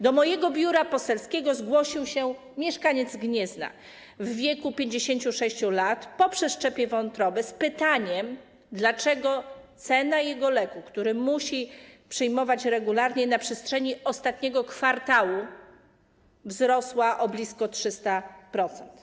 Do mojego biura poselskiego zgłosił się mieszkaniec Gniezna w wieku 56 lat po przeszczepie wątroby z pytaniem, dlaczego cena jego leku, który musi przyjmować regularnie na przestrzeni ostatniego kwartału, wzrosła o blisko 300%.